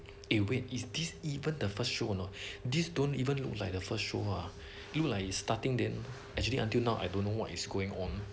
eh wait is this even the first show or not these don't even look like the first show ah look like it's starting then actually until now I don't know what is going on